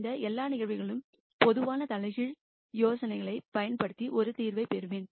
இந்த எல்லா நிகழ்வுகளிலும் பொதுவான இன்வெர்ஸ் யோசனையைப் பயன்படுத்தி ஒரு தீர்வைப் பெறுவேன்